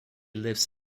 lives